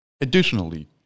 additionally